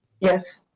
Yes